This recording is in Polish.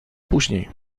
później